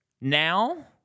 now